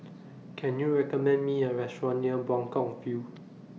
Can YOU recommend Me A Restaurant near Buangkok View